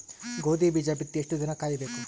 ಗೋಧಿ ಬೀಜ ಬಿತ್ತಿ ಎಷ್ಟು ದಿನ ಕಾಯಿಬೇಕು?